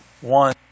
One